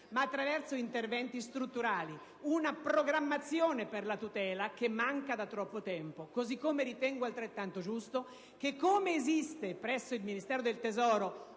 ma attraverso interventi strutturali. Una programmazione per la tutela che manca da troppo tempo. Così come ritengo altrettanto giusto che, come esiste presso il Ministero dell'economia